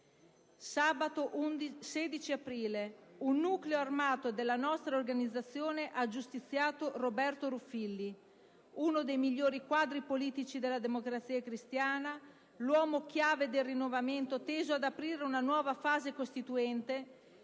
«Sabato 16 aprile un nucleo armato della nostra organizzazione ha giustiziato Roberto Ruffilli, uno dei migliori quadri politici della Democrazia Cristiana, l'uomo chiave del rinnovamento teso ad aprire una nuova fase costituente,